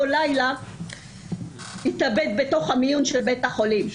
לילה התאבד בתוך המיון של בית החולים.